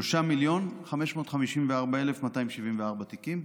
3,554,274 תיקים,